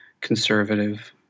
conservative